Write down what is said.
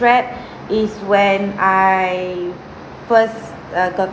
trapped is when I first err got